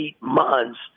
months